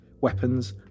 weapons